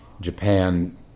Japan